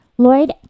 Lloyd